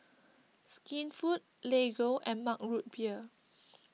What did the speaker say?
Skinfood Lego and Mug Root Beer